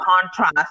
contrast